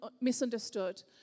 misunderstood